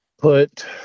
put